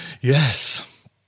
Yes